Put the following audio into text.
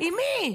עם מי?